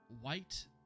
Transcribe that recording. White